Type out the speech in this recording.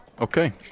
Okay